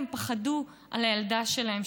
הם פחדו על הילדה שלהם,